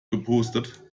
gepostet